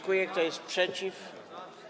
Kto jest przeciw?